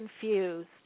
confused